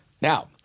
Now